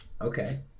Okay